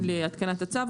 להתקנת הצו,